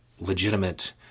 legitimate